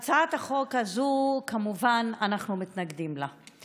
הצעת החוק הזאת, כמובן אנחנו מתנגדים לה,